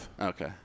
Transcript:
Okay